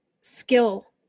skill